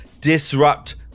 disrupt